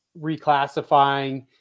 reclassifying